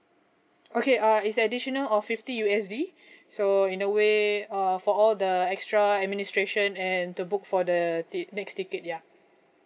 okay uh it's additional of fifty U_S_D so in a way err for all the extra administration and to book for the ti~ next ticket ya